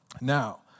Now